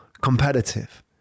competitive